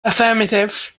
affirmative